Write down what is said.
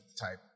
type